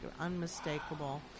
unmistakable